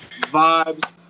vibes